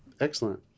Excellent